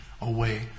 away